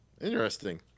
Interesting